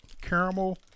caramel